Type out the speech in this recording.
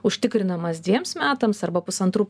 užtikrinamas dviems metams arba pusantrų